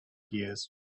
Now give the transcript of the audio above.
gears